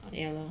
ya lor